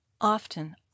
often